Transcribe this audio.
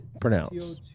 pronounce